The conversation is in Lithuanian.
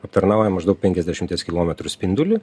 aptarnauja maždaug penkiasdešimties kilometrų spindulį